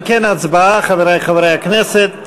אם כן, הצבעה, חברי חברי הכנסת.